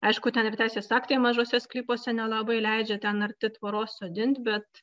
aišku ten ir teisės aktai mažuose sklypuose nelabai leidžia ten arti tvoros sodint bet